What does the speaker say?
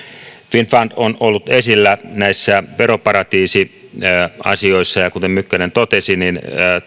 finnfund on ollut esillä näissä veroparatiisiasioissa ja kuten mykkänen totesi